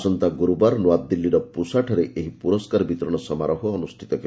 ଆସନ୍ତା ଗୁରୁବାର ନୁଆଦିଲ୍ଲୀର ପୁସାଠାରେ ଏହି ପୁରସ୍କାର ବିତରଣ ସମାରୋହ ଅନୁଷ୍ଠିତ ହେବ